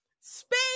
Space